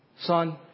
son